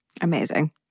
Amazing